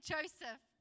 Joseph